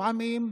לפעמים,